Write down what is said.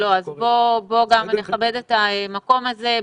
בוא גם נכבד את המקום הזה.